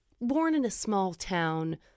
born-in-a-small-town